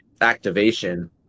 activation